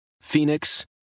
Phoenix